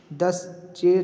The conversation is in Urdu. دس چی